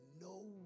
no